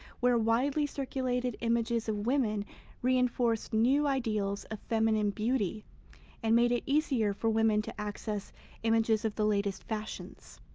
where widely circulated images of women reinforced new ideals of feminine beauty and made it easier for women to access images of the latest fashions.